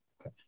Okay